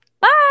Bye